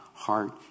heart